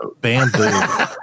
bamboo